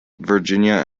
virginia